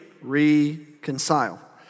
reconcile